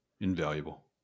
invaluable